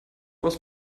was